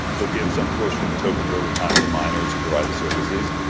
they'll give some portion of the tokens overtime to miners who provide the services.